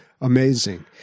amazing